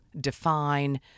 define